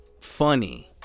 funny